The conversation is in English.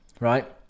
Right